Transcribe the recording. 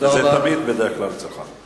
זה בדרך כלל אצלך כך.